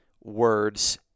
words